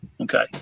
Okay